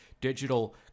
digital